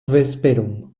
vesperon